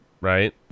Right